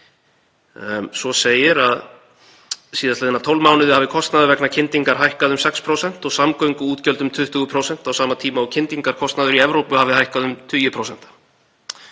Svo segir að síðastliðna 12 mánuði hafi kostnaður vegna kyndingar hækkað um 6% og samgönguútgjöld um 20% á sama tíma og kyndingarkostnaður í Evrópu hafi hækkað um tugi